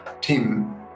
team